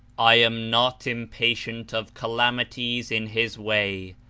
i am not impatient of calamities in his way,